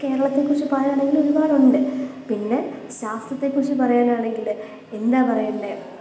കേരളത്തെക്കുറിച്ച് പറയുകയാണെങ്കിൽ ഒരുപാടുണ്ട് പിന്നെ ശാസ്ത്രത്തെക്കുറിച്ച് പറയാനാണെങ്കിൽ എന്താ പറയേണ്ടത്